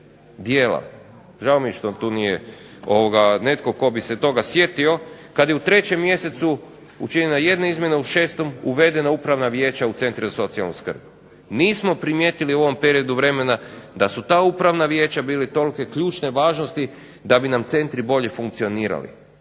dijela. Žao mi je što tu nije netko tko bi se toga sjetio, kad je u trećem mjesecu učinjena jedna izmjena, u šestom uvedena upravna vijeća u centre za socijalnu skrb. Nismo primijetili u ovom periodu vremena da su ta upravna vijeća bila od tolike ključne važnosti da bi nam centri bolje funkcionirali,